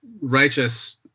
righteous